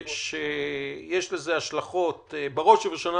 כל עוד אנשים מאוכנים,